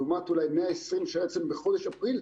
לעומת 120% שהיה אצלנו בחודש אפריל,